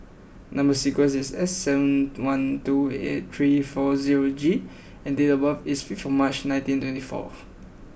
Number Sequence is S seven one two eight three four zero G and date of birth is zero five March nineteen twenty four